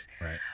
right